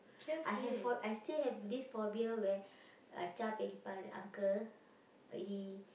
I have for I still have this phobia where uncle he